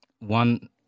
One